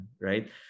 right